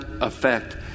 effect